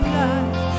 life